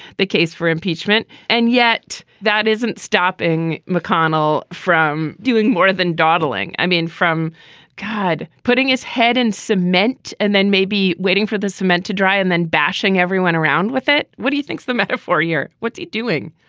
the case for impeachment. and yet that isn't stopping mcconnell from doing more than dawdling. i mean, from god putting his head in cement and then maybe waiting for the cement to dry and then bashing everyone around with it. what do you think's the metaphor here? what's he doing?